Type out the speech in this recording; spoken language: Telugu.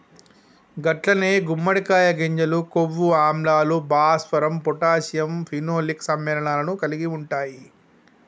గట్లనే గుమ్మడికాయ గింజలు కొవ్వు ఆమ్లాలు, భాస్వరం పొటాషియం ఫినోలిక్ సమ్మెళనాలను కలిగి ఉంటాయి